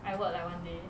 I work like one day